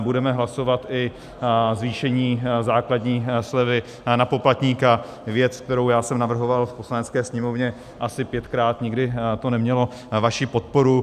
Budeme hlasovat i zvýšení základní slevy na poplatníka, věc, kterou jsem navrhoval v Poslanecké sněmovně asi pětkrát, nikdy to nemělo vaši podporu.